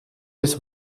des